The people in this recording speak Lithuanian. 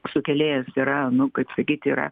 sukėlėjas yra nu kaip sakyt yra